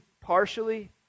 partially